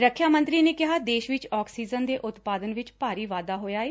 ਰੱਖਿਆ ਮੰਤਰੀ ਨੇ ਕਿਹਾ ਦੇਸ਼ ਵਿਚ ਆਕਸੀਜਨ ਦੇ ਉਤਪਾਦਨ ਵਿਚ ਭਾਰੀ ਵਾਧਾ ਹੋਇਆ ਏ